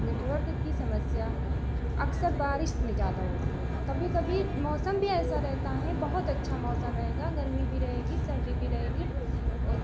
network की समस्या अक्सर बारिश में ज़्यादा होती है कभी कभी मौसम भी ऐसा रहता है बहुत अच्छा मौसम रहेगा गर्मी भी रहेगी सर्दी भी रहेगी और